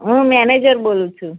હું મેનેજર બોલું છું